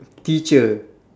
teacher